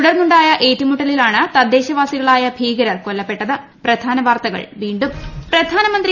തുടർന്നുണ്ടായ ഏറ്റുമുട്ടലിലാണ് തദ്ദേശവാസികളായ ഭീകരർ കൊല്ലപ്പെട്ടത്